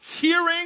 hearing